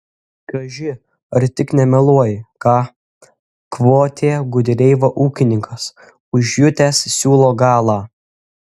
kaži ar tik nemeluoji ką kvotė gudreiva ūkininkas užjutęs siūlo galą